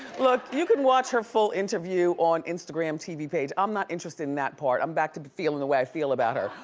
look, you can watch her full interview on instagram tv page. i'm not interested in that part. i'm back to the feeling the way i feel about her.